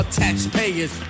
taxpayers